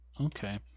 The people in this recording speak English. Okay